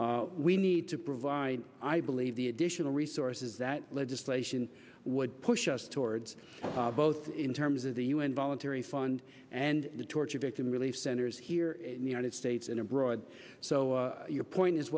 we need to provide i believe the additional resources that legislation would push us towards both in terms of the un voluntary fund and the torture victim relief centers here in the united states and abroad so your point is